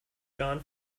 john